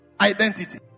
identity